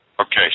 Okay